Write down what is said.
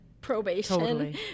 probation